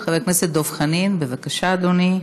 חבר הכנסת דב חנין, בבקשה, אדוני.